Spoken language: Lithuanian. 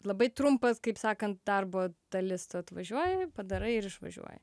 labai trumpas kaip sakant darbo dalis tu atvažiuoji padarai ir išvažiuoji